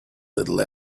little